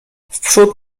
wprzód